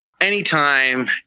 anytime